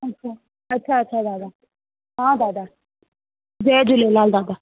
अच्छा अच्छा अच्छा दादा हा दादा जय झूलेलाल दादा